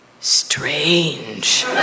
strange